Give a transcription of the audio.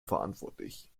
verantwortlich